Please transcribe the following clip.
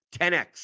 10x